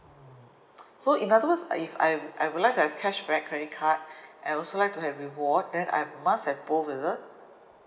so in other words if I I would like to have cashback credit card and also like to have reward then I must have both is it